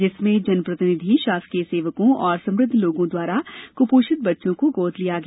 जिसमें जनप्रतिनिधि शासकीय सेवकों एवं समृद्ध लोगों द्वारा कुपोषित बच्चों को गोद लिया गया